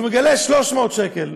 הוא מגלה 300 שקל.